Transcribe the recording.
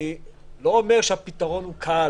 אני לא אומר שהפתרון הוא קל,